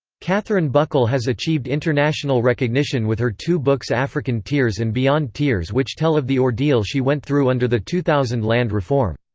catherine buckle has achieved international recognition with her two books african tears and beyond tears which tell of the ordeal she went through under the two thousand land reform.